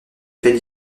fait